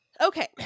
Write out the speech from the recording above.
Okay